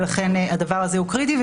ולכן הדבר הזה הוא קריטי.